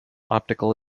optical